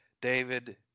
David